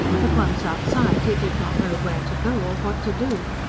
but once outside he did not know where to go or what to do.